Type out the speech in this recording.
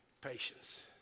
Patience